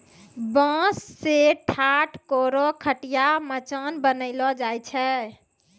बांस सें ठाट, कोरो, खटिया, मचान बनैलो जाय छै